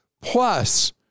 plus